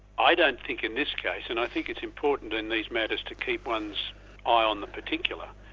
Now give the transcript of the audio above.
i don't think in this case and i think it's important in these matters to keep one's eye on the particular,